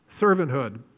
servanthood